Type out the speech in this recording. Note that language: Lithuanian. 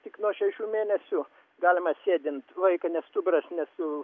tik nuo šešių mėnesių galima sėdint vaiką nes stuburas ne su